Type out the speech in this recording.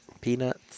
Peanuts